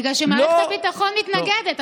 בגלל שמערכת הביטחון מתנגדת.